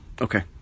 Okay